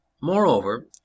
Moreover